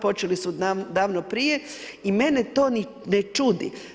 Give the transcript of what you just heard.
Počeli su davno prije i mene to ni ne čudi.